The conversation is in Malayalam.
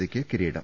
സിക്ക് കിരീടം